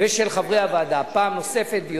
נוסף על